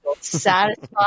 satisfied